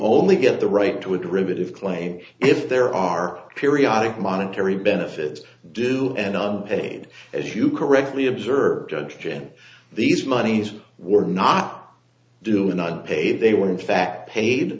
only get the right to a derivative claim if there are periodic monetary benefits do and paid as you correctly observe judgeship these monies were not do not pay they were in fact paid